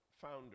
founder